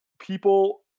people